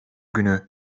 günü